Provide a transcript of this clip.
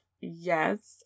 Yes